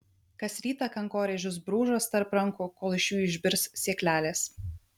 kas rytą kankorėžius brūžuos tarp rankų kol iš jų išbirs sėklelės